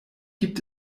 gibt